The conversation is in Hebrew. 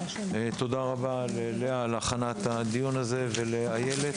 תודה רבה ללאה על הכנת הדיון הזה, ולאיילת.